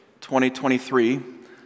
2023